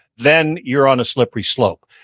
then you're on a slippery slope.